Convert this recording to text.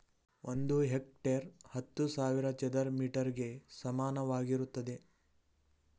ಒಂದು ಹೆಕ್ಟೇರ್ ಹತ್ತು ಸಾವಿರ ಚದರ ಮೀಟರ್ ಗೆ ಸಮಾನವಾಗಿರುತ್ತದೆ